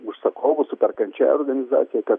užsakovu su perkančiąja organizacija kad